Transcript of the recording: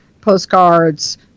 postcards